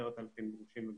וכ-10,000 גרושים וגרושות.